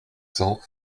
cents